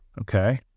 okay